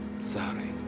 sorry